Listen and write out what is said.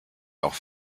auch